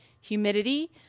humidity